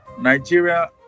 Nigeria